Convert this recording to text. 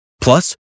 Plus